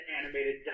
animated